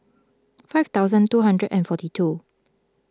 five thousand two hundred and forty two